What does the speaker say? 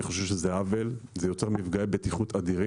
אני חושב שזה עוול, וזה יוצר מפגעי בטיחות אדירים.